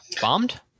bombed